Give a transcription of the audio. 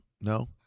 No